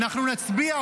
אנחנו נצביע.